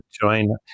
join